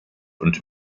und